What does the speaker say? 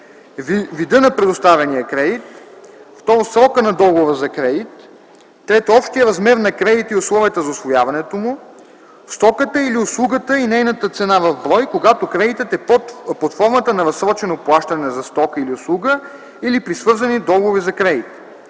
- вида на предоставяния кредит; - срока на договора за кредит; - общия размер на кредита и условията за усвояването му; - стоката или услугата и нейната цена в брой, когато кредитът е под формата на разсрочено плащане за стока или услуга или при свързани договори за кредит;